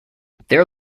their